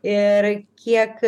ir kiek